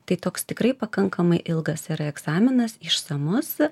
tai toks tikrai pakankamai ilgas yra egzaminas išsamus